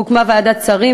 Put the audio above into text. הוקמה ועדת שרים,